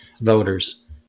voters